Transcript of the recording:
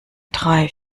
drei